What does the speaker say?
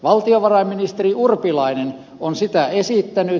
valtiovarainministeri urpilainen on sitä esittänyt